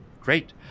great